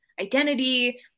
identity